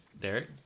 Derek